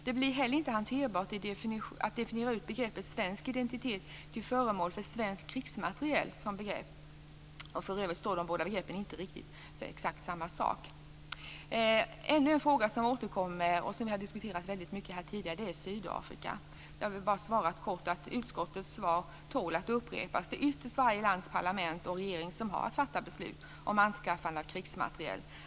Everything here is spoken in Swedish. Det blir heller inte hanterbart att definiera ut begreppet "svensk identitet" till förmån för "svensk krigsmateriel". För övrigt står de båda begreppen inte för exakt samma sak. Ännu en fråga som återkommer, och som vi har diskuterat väldigt mycket tidigare, är Sydafrika. Jag vill bara säga kort att utskottets svar tål att upprepas. Det är ytterst varje lands parlament och regering som har att fatta beslut om anskaffande av krigsmateriel.